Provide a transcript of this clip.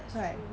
right